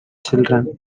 children